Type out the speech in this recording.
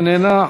איננה.